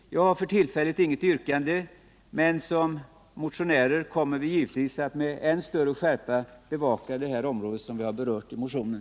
Jag har för tillfället inget yrkande, men som motionärer kommer vi givetvis att med än större skärpa bevaka det område vi berört i motionen.